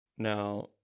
Now